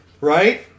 right